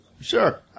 Sure